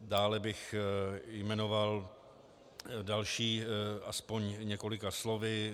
Dále bych jmenoval další aspoň několika slovy.